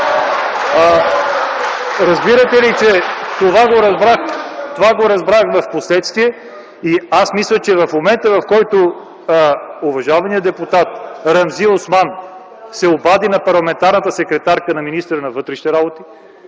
Разбрах това в последствие. И аз мисля, че в момента, в който уважаваният депутат Ремзи Осман се обади на парламентарната секретарка на министъра на вътрешните работи,